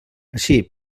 així